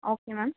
okay ma'am